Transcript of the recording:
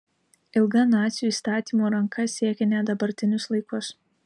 ilga nacių įstatymo ranka siekia net dabartinius laikus